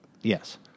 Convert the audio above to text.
Yes